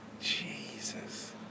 Jesus